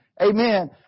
amen